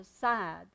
side